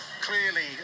Clearly